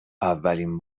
اولین